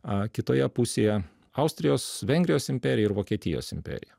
a kitoje pusėje austrijos vengrijos imperija ir vokietijos imperija